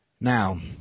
Now